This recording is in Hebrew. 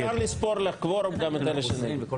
אפשר לספור לקוורום גם את אלה שנגד.